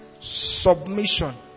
submission